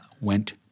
went